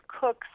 cooks